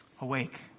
Awake